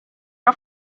era